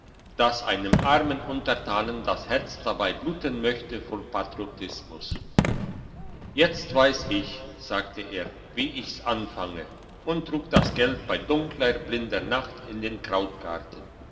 dass einem armen untertanen das herz dabei bluten möchte vor patriotismus jetzt weiss ich sagte er wie ich's anfange und trug das geld bei dunkler blinder nacht in den krautgarten